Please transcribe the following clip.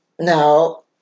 Now